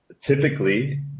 typically